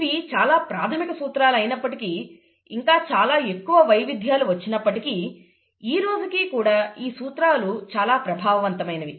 ఇవి చాలా ప్రాథమిక సూత్రాలు అయినప్పటికీ ఇంకా చాలా ఎక్కువ వైవిధ్యాలు వచ్చినప్పటికీ ఈ రోజుకి కూడా ఈ సూత్రాలు చాలా ప్రభావవంతమైనవి